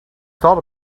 thought